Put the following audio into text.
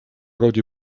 роде